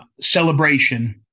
celebration